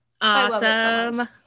Awesome